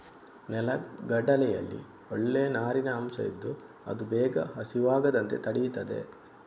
ನೆಲಗಡಲೆಯಲ್ಲಿ ಒಳ್ಳೇ ನಾರಿನ ಅಂಶ ಇದ್ದು ಅದು ಬೇಗ ಹಸಿವಾಗದಂತೆ ತಡೀತದೆ